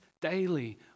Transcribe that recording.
daily